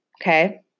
Okay